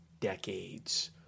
decades